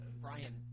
Brian